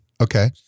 Okay